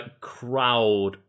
crowd